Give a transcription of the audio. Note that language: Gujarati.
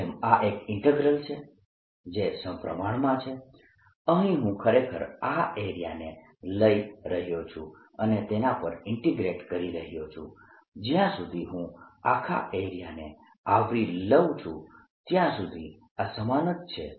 આની જેમ આ એક ઈન્ટીગ્રલ છે જે સપ્રમાણમાં છે અહીં હું ખરેખર આ એરિયાને લઈ રહ્યો છું અને તેના પર ઈન્ટીગ્રેટ કરી રહ્યો છું જ્યાં સુધી હું આખા એરિયાને આવરી લઉં છું ત્યાં સુધી આ સમાન જ છે